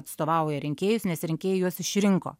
atstovauja rinkėjus nes rinkėjai juos išrinko